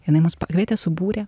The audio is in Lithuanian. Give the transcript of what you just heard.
jinai mus pakvietė subūrė